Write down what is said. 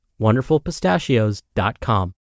wonderfulpistachios.com